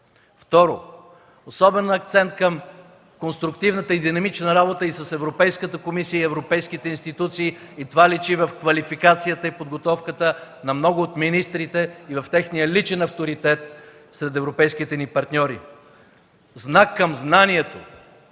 Второ, особен е акцентът към конструктивната и динамична работа и с Европейската комисия, и с европейските институции. Това личи от квалификацията и подготовката на много от министрите, от техния личен авторитет сред европейските ни партньори. Знак към знанието